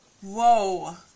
Whoa